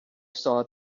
saw